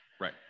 right